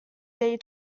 day